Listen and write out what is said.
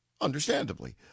understandably